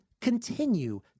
continue